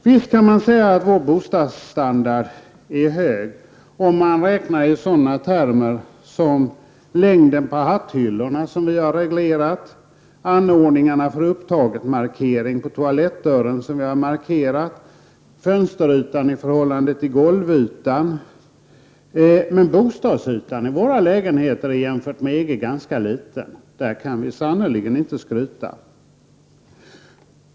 Visst kan man säga att Sveriges bostadsstandard är hög om man räknar i sådana termer som längden på hatthyllorna, som är reglerade, anordningarna för upptagetmarkeringarna på toalettdörrarna, som är reglerade, fönsterytan i förhållande till golvytan osv. Men bostadsytan i våra lägenheter är jämfört med EG ganska liten. Där kan vi sannerligen inte skryta.